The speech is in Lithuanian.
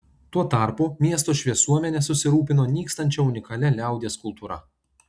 tuo tarpu miesto šviesuomenė susirūpino nykstančia unikalia liaudies kultūra